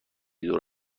دور